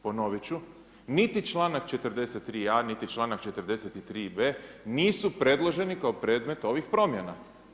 Ponovit ću, niti čl. 43. a, niti čl. 43. b. nisu predloženi kao predmet ovih promjena.